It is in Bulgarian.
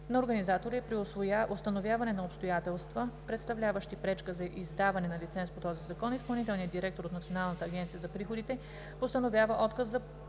на организатора и при установяване на обстоятелства, представляващи пречка за издаване на лиценз по този закон, изпълнителният директор на Националната агенция за приходите постановява отказ за